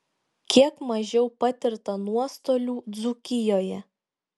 kiek mažiau patirta nuostolių dzūkijoje